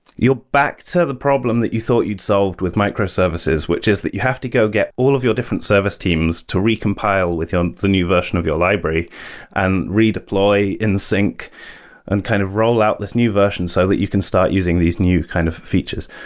you're back to the problem that you thought you'd solved with microservices, which is that you have to go get all of your different service teams to recompile with the new version of your library and redeploy and sync and kind of roll out this new version so that you can start using these new kind of features.